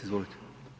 Izvolite.